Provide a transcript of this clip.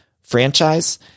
franchise